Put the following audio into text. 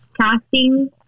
Casting